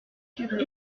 furent